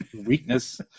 weakness